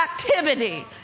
activity